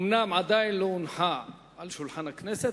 אומנם היא עדיין לא הונחה על שולחן הכנסת,